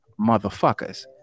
motherfuckers